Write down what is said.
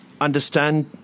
understand